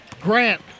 Grant